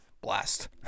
blast